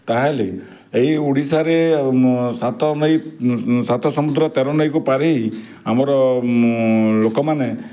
ତା'ହେଲେ ଏଇ ଓଡ଼ିଶାରେ ସାତ ନଈ ସାତ ସମୁଦ୍ର ତେର ନଈକୁ ପାର ହେଇ ଆମର ଲୋକମାନେ